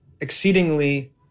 exceedingly